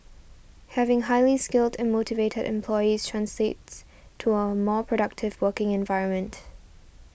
having highly skilled and motivated employees translates to a more productive working environment